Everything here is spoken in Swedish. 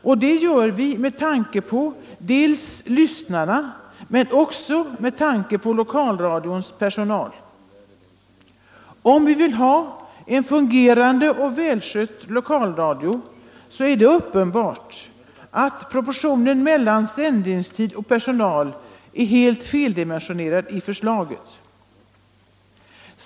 Och det gör vi med tanke på lyssnarna men också med tanke på lokalradions personal. Om vi vill ha en fungerande och välskött lokalradio är det uppenbart att proportionerna mellan sändningstid och personal är helt feldimensionerade i förslaget.